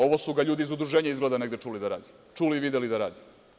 Ovo su ga ljudi iz udruženja izgleda negde čuli i videli da radi.